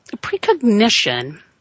precognition